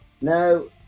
no